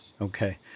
Okay